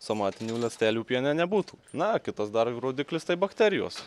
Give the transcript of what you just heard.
somatinių ląstelių piene nebūtų na kitas dar rodiklis tai bakterijos